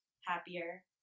happier